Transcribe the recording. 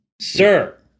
Sir